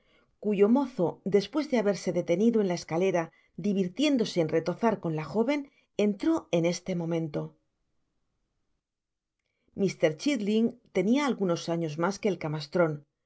cuyo mozo despues de haberse detenido en la escalera divirtiéndose en retozar con la joven entró en este momento mr chitling tenia algunos años mas que el camastron